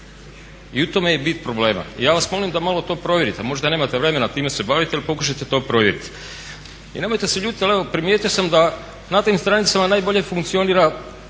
I u tome je bit problema. I ja vas molim da malo to provjerite. Možda nemate vremena time se baviti, ali pokušajte to provjeriti. I nemojte se ljutiti, ali evo primijetio sam da na tim stranicama najbolje funkcionira